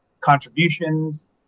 contributions